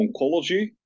oncology